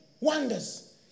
wonders